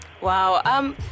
Wow